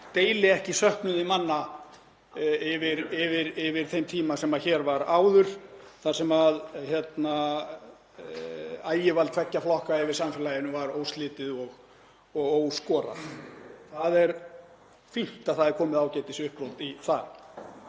deili ekki söknuði manna yfir þeim tíma sem hér var áður þar sem ægivald tveggja flokka yfir samfélaginu var óslitið og óskorað. Það er fínt að komið sé ágætisuppbrot í það.